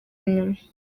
inyuma